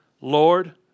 Lord